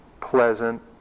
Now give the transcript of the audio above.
pleasant